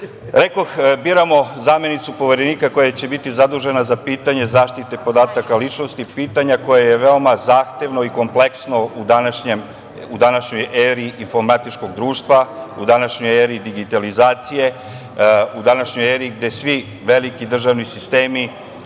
biramo zamenicu Poverenika koja će biti zadužena za pitanje zaštite podataka o ličnosti, pitanje koje je veoma zahtevno i kompleksno u današnjoj eri informatičkog društva, u današnjoj eri digitalizacije, u današnjoj eri gde svi veliki državni sistemi